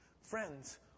friends